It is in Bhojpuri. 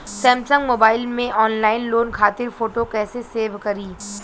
सैमसंग मोबाइल में ऑनलाइन लोन खातिर फोटो कैसे सेभ करीं?